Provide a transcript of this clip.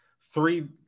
three